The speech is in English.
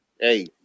Hey